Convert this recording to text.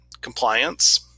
compliance